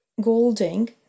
Golding